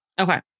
Okay